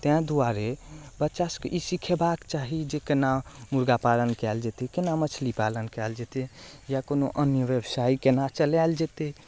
तेँ दुआरे बच्चा सबके ई सिखेबाक चाही जे केना मुर्गा पालन कायल जेतै केना मछली पालन कायल जेतै या कोनो अन्य व्यवसाय केना चलायल जेतै